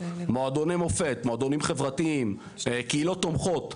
מועדני מופת, מועדונים חברתיים, קהילות תומכות.